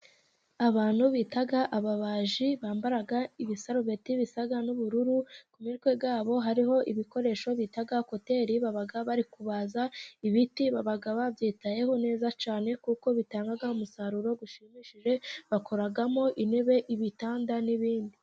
Abantu bita ababaji bambara, ibisarubeti bisa n'ubururu ku mitwe yabo hariho ibikoresho bita koteri, baba bari kubaza ibiti, baba babyitayeho neza cyane kuko bitanga umusaruro ushimishije bakoramo intebe, ibitanda n'ibindi.